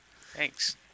thanks